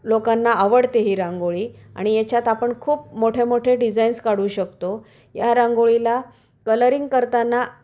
लोकांना आवडते ही रांगोळी आणि याच्यात आपण खूप मोठे मोठे डिझाईन्स काढू शकतो या रांगोळीला कलरिंग करताना